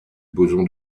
boson